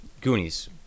Goonies